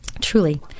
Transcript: Truly